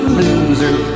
loser